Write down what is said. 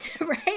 right